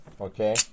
Okay